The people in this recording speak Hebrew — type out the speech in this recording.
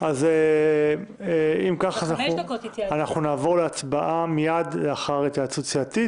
אם כך אנחנו נעבור להצבעה מיד לאחר ההתייעצות הסיעתית.